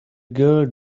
girl